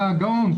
אתה גאון.